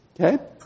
Okay